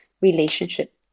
relationship